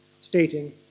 stating